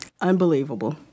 Unbelievable